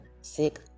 sick